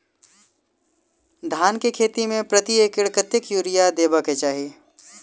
धान केँ खेती मे प्रति एकड़ कतेक यूरिया देब केँ चाहि?